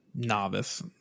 novice